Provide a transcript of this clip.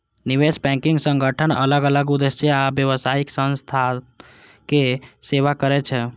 निवेश बैंकिंग संगठन अलग अलग उद्देश्य आ व्यावसायिक संस्थाक सेवा करै छै